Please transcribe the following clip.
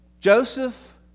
Joseph